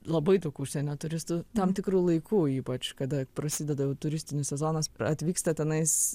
labai daug užsienio turistų tam tikrų laiku ypač kada prasideda jau turistinis sezonas pra atvyksta tenais